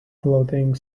clothing